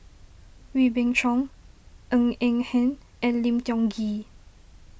Wee Beng Chong Ng Eng Hen and Lim Tiong Ghee